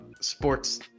Sports